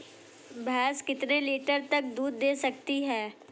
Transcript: भैंस कितने लीटर तक दूध दे सकती है?